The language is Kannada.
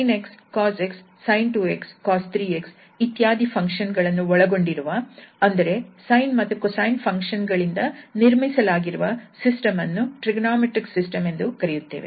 sin 𝑥 cos 𝑥 sin 2𝑥 cos 3𝑥 ಇತ್ಯಾದಿ ಫಂಕ್ಷನ್ ಗಳನ್ನು ಒಳಗೊಂಡಿರುವ ಅಂದರೆ sine ಹಾಗೂ cosine ಫಂಕ್ಷನ್ ಗಳಿಂದ ನಿರ್ಮಿಸಲಾಗಿರುವ ಸಿಸ್ಟಮ್ ಅನ್ನು ಟ್ರಿಗೊನೋಮೆಟ್ರಿಕ್ ಸಿಸ್ಟಮ್ ಎಂದು ಕರೆಯುತ್ತೇವೆ